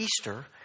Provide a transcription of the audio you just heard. Easter